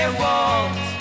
walls